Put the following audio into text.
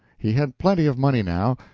he had plenty of money now.